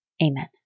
Amen